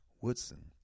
Woodson